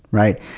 right?